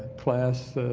class